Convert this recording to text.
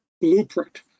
blueprint